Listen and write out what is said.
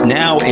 now